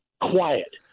quiet